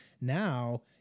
Now